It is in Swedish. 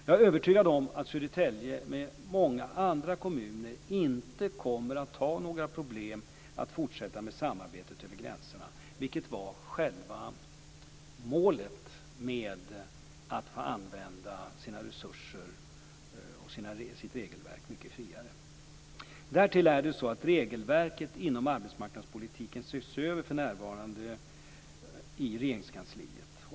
Jag är övertygad om att Södertälje, med många andra kommuner, inte kommer att ha några problem att fortsätta med samarbetet över gränserna. Det var själva målet med en friare användning av resurser och regelverk. För närvarande ses regelverket inom arbetsmarknadspolitiken över i Regeringskansliet.